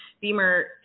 Beamer